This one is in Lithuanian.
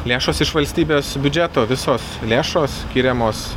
lėšos iš valstybės biudžeto visos lėšos skiriamos